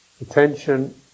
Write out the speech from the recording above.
attention